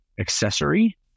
accessory